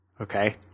Okay